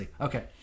Okay